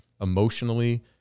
emotionally